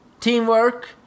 teamwork